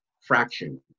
fraction